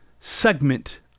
segment